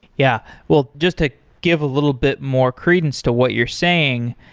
yeah. well, just to give a little bit more credence to what you're saying,